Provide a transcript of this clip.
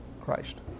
Christ